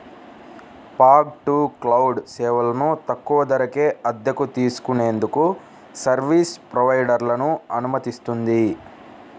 fog to cloud సేవలను తక్కువ ధరకే అద్దెకు తీసుకునేందుకు సర్వీస్ ప్రొవైడర్లను అనుమతిస్తుంది